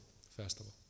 festival